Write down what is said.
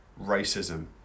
racism